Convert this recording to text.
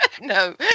No